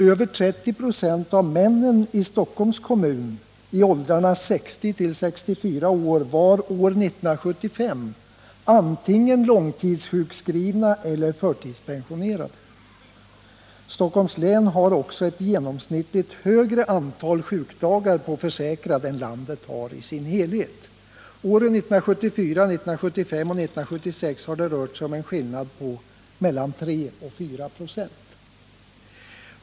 Över 30 96 av männen i Stockholms kommun i åldrarna 60-64 år var år 1975 antingen långtidssjukskrivna eller förtidspensionerade. Stockholms län har genomsnittligt ett större antal sjukdagar per försäkrad än landet i dess helhet. För åren 1974, 1975 och 1976 rörde det sig om en skillnad på mellan 3 och 4 96.